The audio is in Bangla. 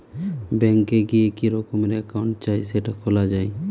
ব্যাঙ্ক এ গিয়ে কি রকমের একাউন্ট চাই সেটা খোলা যায়